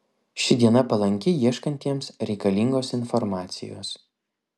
ši diena palanki ieškantiems reikalingos informacijos